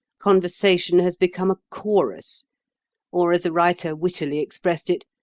conversation has become a chorus or, as a writer wittily expressed it,